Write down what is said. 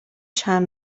چند